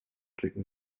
klicken